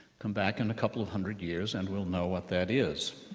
come back in a couple of hundred years and we'll know what that is.